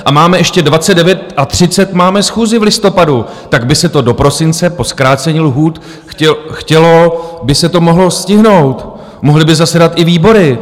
A máme ještě 29. a 30. máme schůzi v listopadu, tak by se to do prosince po zkrácení lhůt chtělo by se to mohlo stihnout, mohly by zasedat i výbory.